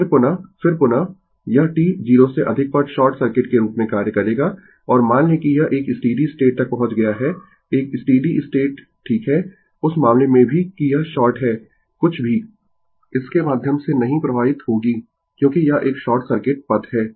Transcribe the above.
फिर पुनः फिर पुनः यह t 0 से अधिक पर शॉर्ट सर्किट के रूप में कार्य करेगा और मान लें कि यह एक स्टीडी स्टेट तक पहुंच गया है एक स्टीडी स्टेट ठीक है उस मामले में भी कि यह शॉर्ट है कुछ भी इस के माध्यम से नहीं प्रवाहित होगी क्योंकि यह एक शॉर्ट सर्किट पथ है